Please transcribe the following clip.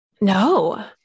No